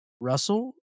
Russell